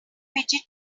fidget